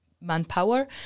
manpower